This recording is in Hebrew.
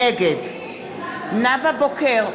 נגד נאוה בוקר,